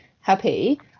happy